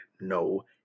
no